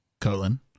colon